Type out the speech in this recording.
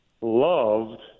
loved